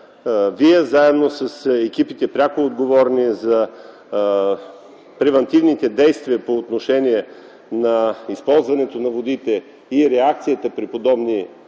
Вие, заедно с екипите, пряко отговорни за превантивните действия по отношение на използването на водите и реакцията при подобни валежи,